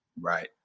Right